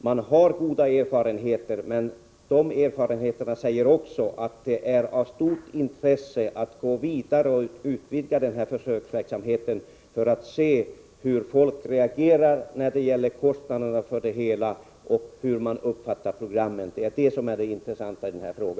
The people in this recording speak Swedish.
Man har goda erfarenheter, men de erfarenheterna säger också att det är av stort intresse att gå vidare och utvigda försöksverksamheten för att se hur människor stärka föreningslivets andel av lotterisektorn uppfattar programmen och hur de reagerar när det gäller kostnaderna för det hela. Det är det intressanta i denna fråga.